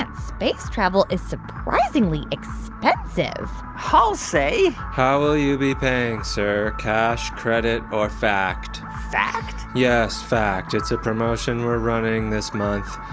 and space travel is surprisingly expensive i'll say how will you be paying, sir? cash, credit or fact? fact? yes, fact. it's a promotion we're running this month.